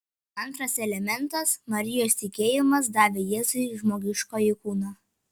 antras elementas marijos tikėjimas davė jėzui žmogiškąjį kūną